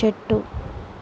చెట్టు